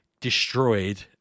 destroyed